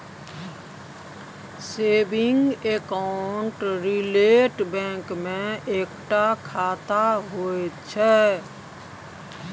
saving account retail bank मे एकता खाता होइ छै